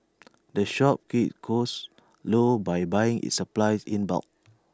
the shop keeps costs low by buying its supplies in bulk